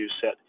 set